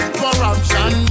corruption